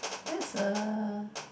that's a